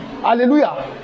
Hallelujah